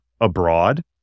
abroad